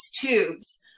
tubes